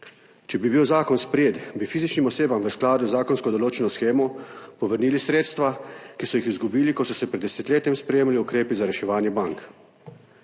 Če bi bil zakon sprejet, bi fizičnim osebam v skladu z zakonsko določeno shemo povrnili sredstva, ki so jih izgubili, ko so se pred desetletjem sprejemali ukrepi za reševanje bank.